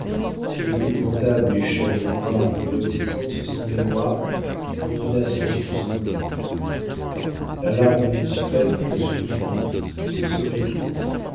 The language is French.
épouvantable échelle noire de renaissances sans mémoire dans une ascension sans but la larve du spectre suivie ce serait tout